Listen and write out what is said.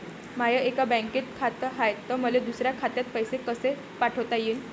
माय एका बँकेत खात हाय, त मले दुसऱ्या खात्यात पैसे कसे पाठवता येईन?